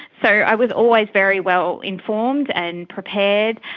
so i was always very well informed and prepared,